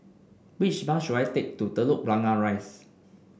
which bus should I take to Telok Blangah Rise